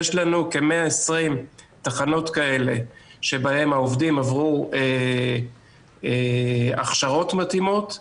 יש לנו כ-120 תחנות כאלה שבהן העובדים עברו הכשרות מתאימות,